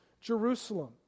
Jerusalem